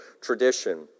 tradition